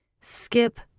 skip